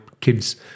kids